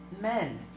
men